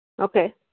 Okay